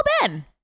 Ben